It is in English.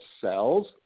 cells